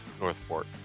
Northport